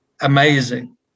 amazing